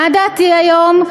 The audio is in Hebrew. מה דעתי היום?